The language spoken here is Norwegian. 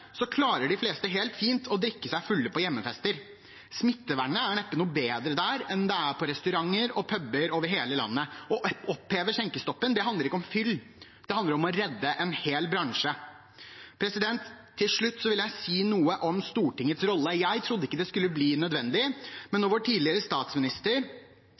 klarer de fleste helt fint å drikke seg fulle på hjemmefester. Smittevernet er neppe noe bedre der enn det er på restauranter og puber over hele landet. Å oppheve skjenkestoppen handler ikke om fyll, det handler om å redde en hel bransje. Til slutt vil jeg si noe om Stortingets rolle. Jeg trodde ikke det skulle bli nødvendig, men når vår tidligere statsminister